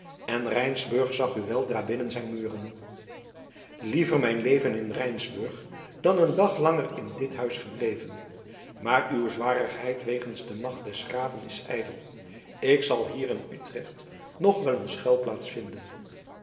en rijnsburg zag u weldra binnen zijn muren liever mijn leven in rijnsburg dan een dag langer in dit huis gebleven maar uw zwarigheid wegens de macht des graven is ijdel ik zal hier in utrecht nog wel een